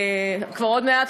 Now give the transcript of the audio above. כבר עוד מעט,